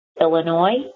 Illinois